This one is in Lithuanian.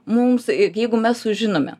mums jeigu mes sužinome